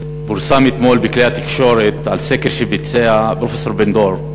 פורסם אתמול בכלי התקשורת סקר שביצע פרופסור בן-דור,